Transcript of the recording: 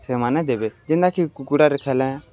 ସେମାନେ ଦେବେ ଯେନ୍ତାକି କୁକୁଡ଼ାରେ ଖେଲେ